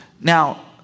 Now